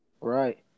Right